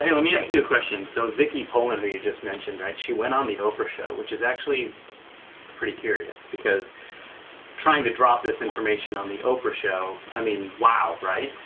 let me ask you a question, so vicki polin, who you've just mentioned right, she went on the oprah show which is actually pretty curious, because trying to drop this information on the oprah show, i mean wow right,